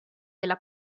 della